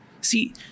See